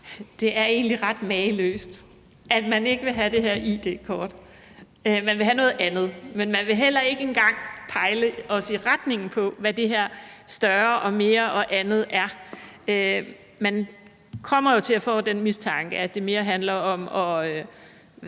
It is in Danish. Det er egentlig ret mageløst, at man ikke vil have det her id-kort; man vil have noget andet, men man vil heller ikke engang pege os i retning af, hvad det her større og mere og andet er. Vi kommer jo til at få den mistanke, at det mere handler om at